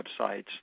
websites